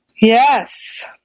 Yes